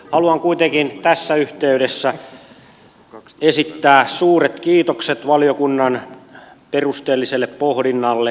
haluan kuitenkin tässä yhteydessä esittää suuret kiitokset valiokunnan perusteelliselle pohdinnalle